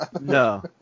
No